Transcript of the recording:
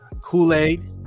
kool-aid